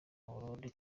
burundi